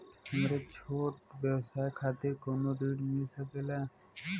हमरे छोट व्यवसाय खातिर कौनो ऋण मिल सकेला?